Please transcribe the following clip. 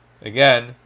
Again